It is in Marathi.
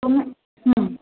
तुम्ही हं